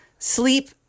Sleep